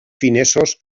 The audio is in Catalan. finesos